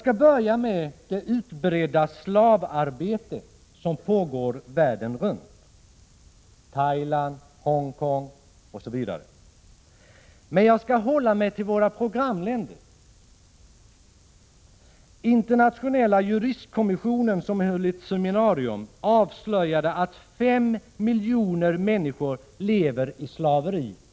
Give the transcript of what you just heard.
Det pågår ett utbrett slavarbete världen runt, i Thailand, Hongkong osv. Men jag skall inskränka mig till att säga några ord om slavarbetet i våra programländer. Internationella Juristkommissionen, som har hållit ett seminarium, har avslöjat att fem miljoner människor i Indien lever i slaveri.